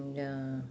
ya